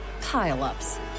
pile-ups